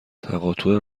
تقاطع